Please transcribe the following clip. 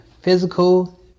physical